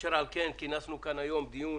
אשר על כן, כינסנו כאן היום דיון